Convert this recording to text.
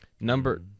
number